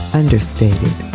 understated